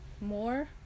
more